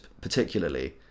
particularly